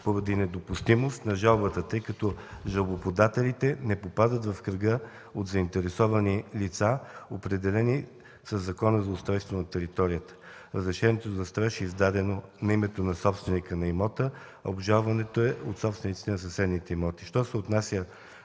поради недопустимост на жалбата. Жалбоподателите не попадат в кръга от заинтересовани лица, определени със Закона за устройство на територията. Разрешението за строеж е издадено на името на собственика на имота, а обжалването е от собствениците на съседните имоти.